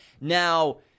Now